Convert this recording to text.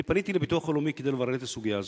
אני פניתי לביטוח הלאומי כדי לברר את הסוגיה הזאת,